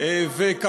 הזיהום מסוכן לכולם.